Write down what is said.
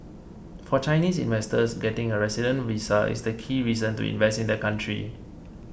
for Chinese investors getting a resident visa is the key reason to invest in the country